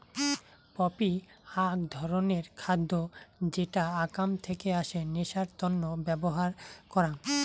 poppy আক ধরণের খাদ্য যেটা আকাম থেকে আসে নেশার তন্ন ব্যবহার করাং